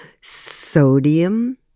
Sodium